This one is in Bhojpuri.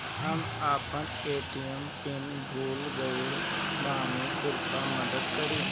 हम अपन ए.टी.एम पिन भूल गएल बानी, कृपया मदद करीं